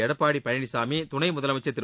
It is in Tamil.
எடப்பாடி பழனிசாமி துணை முதலமைச்சர் திரு